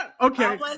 Okay